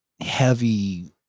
heavy